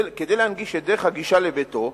כדי להנגיש את דרך הגישה לביתו,